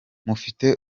mufite